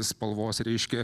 spalvos reiškia